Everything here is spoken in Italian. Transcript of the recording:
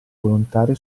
volontari